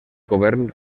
govern